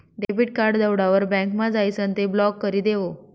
debit card दवडावर बँकमा जाइसन ते ब्लॉक करी देवो